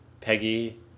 Peggy